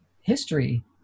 History